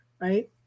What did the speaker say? right